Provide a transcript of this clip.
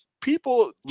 people